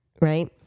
right